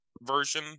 version